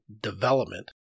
development